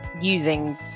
Using